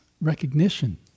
recognition